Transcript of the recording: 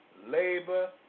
labor